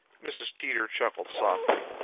mrs. teeter chuckled softly.